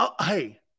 hey